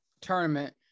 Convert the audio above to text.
tournament